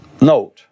Note